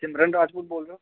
सिमरन राजपूत बोल रहे हो